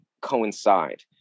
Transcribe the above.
coincide